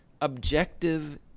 objective